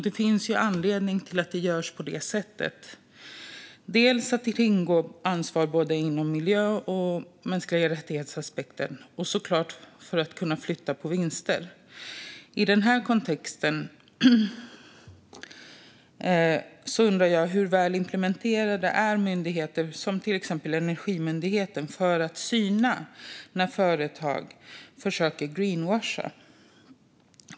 Det finns anledningar till att det görs på det här sättet: dels att man vill kringgå ansvar inom både miljö och mänskliga rättigheter, dels såklart att man vill kunna flytta vinster. I den här kontexten undrar jag hur väl implementerat det är inom myndigheter, till exempel Energimyndigheten, att syna när företag försöker "greenwasha"?